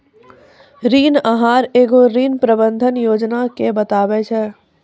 ऋण आहार एगो ऋण प्रबंधन योजना के बताबै छै